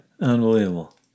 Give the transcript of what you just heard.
Unbelievable